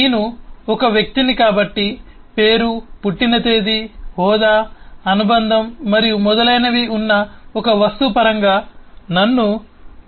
నేను ఒక వ్యక్తిని కాబట్టి పేరు పుట్టిన తేదీ హోదా అనుబంధం మరియు మొదలైనవి ఉన్న ఒక వస్తువు పరంగా నన్ను వివరించవచ్చు